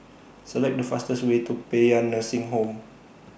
Select The fastest Way to Paean Nursing Home